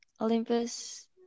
Olympus